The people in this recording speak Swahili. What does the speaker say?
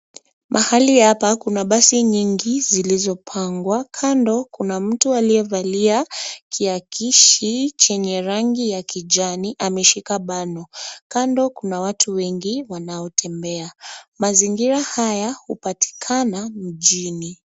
Mahali hapa kuna basi nyingi zilizopangwa. Kando, kuna mtu aliyevalia kiakishi chenye rangi ya kijani, ameshika bano. Kando kuna watu wengi wanaotembea. Mazingira haya hupatikana mjini.